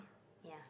ya